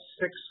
six